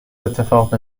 اتفاق